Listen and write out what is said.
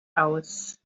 aus